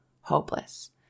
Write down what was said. hopeless